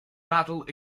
battle